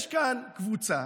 יש כאן קבוצה